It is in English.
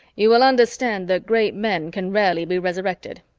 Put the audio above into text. you will understand that great men can rarely be resurrected.